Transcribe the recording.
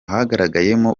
hagaragayemo